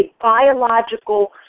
biological